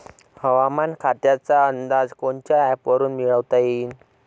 हवामान खात्याचा अंदाज कोनच्या ॲपवरुन मिळवता येईन?